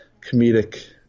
comedic